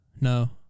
No